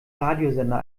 radiosender